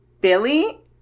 Billy